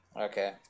Okay